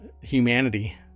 humanity